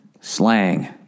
slang